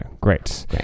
Great